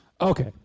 Okay